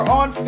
on